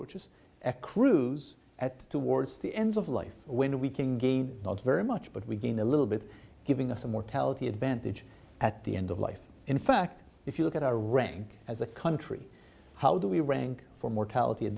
approaches a cruise at towards the end of life when we can gain not very much but we gain a little bit giving us a mortality advantage at the end of life in fact if you look at our ranking as a country how do we rank for mortality a